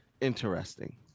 interesting